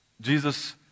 Jesus